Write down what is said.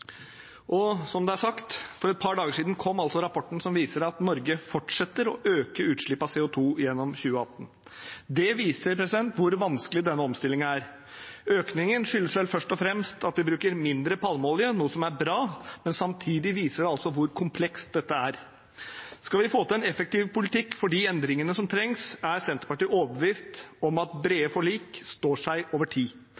For et par dager siden kom som nevnt rapporten som viser at Norge fortsatte å øke utslippene av CO2 gjennom 2018. Det viser hvor vanskelig denne omstillingen er. Økningen skyldes vel først og fremst at vi bruker mindre palmeolje, noe som er bra, men samtidig viser det hvor komplekst dette er. Skal vi få til en effektiv politikk for de endringene som trengs, er Senterpartiet overbevist om at